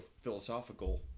philosophical